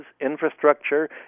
infrastructure